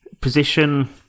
position